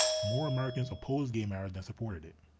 more americans opposed gay marriage than supported it.